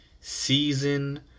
season